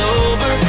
over